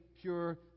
pure